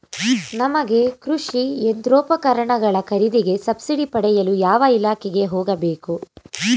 ನಮಗೆ ಕೃಷಿ ಯಂತ್ರೋಪಕರಣಗಳ ಖರೀದಿಗೆ ಸಬ್ಸಿಡಿ ಪಡೆಯಲು ಯಾವ ಇಲಾಖೆಗೆ ಹೋಗಬೇಕು?